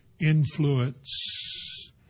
influence